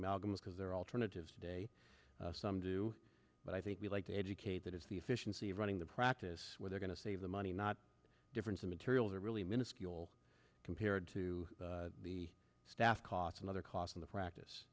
amalgam because there are alternatives today some do but i think we like to educate that is the efficiency of running the practice where they're going to save the money not difference the materials are really minuscule compared to the staff costs and other costs in the practice